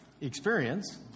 experience